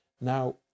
now